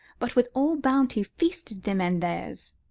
but with all bounty feasted them and theirs.